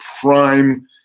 prime